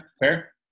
fair